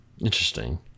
interesting